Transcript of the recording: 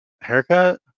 Haircut